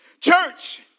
Church